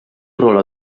rol